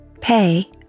pay